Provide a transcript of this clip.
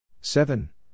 Seven